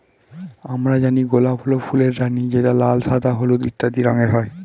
আমরা জানি গোলাপ হল ফুলের রানী যেটা লাল, সাদা, হলুদ ইত্যাদি রঙের হয়